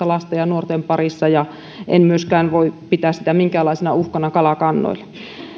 lasten ja nuorten parissa ja en myöskään voi pitää sitä minkäänlaisena uhkana kalakannoille